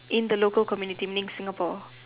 in the local community meaning Singapore